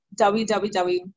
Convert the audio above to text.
www